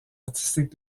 artistique